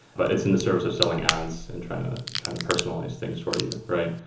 but it's in the service of selling ads and trying to trying to personalize things for you, right?